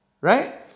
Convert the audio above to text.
Right